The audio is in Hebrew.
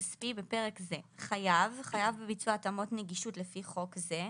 בפרק זה - "חייב" - חייב בביצוע התאמות נגישות לפי חוק זה,